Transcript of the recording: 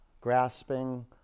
Grasping